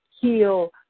heal